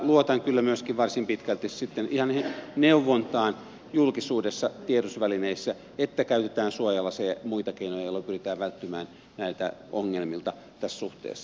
luotan kyllä myöskin varsin pitkälti sitten ihan neuvontaan julkisuudessa tiedotusvälineissä että käytetään suojalaseja ja muita keinoja joilla pyritään välttymään näiltä ongelmilta tässä suhteessa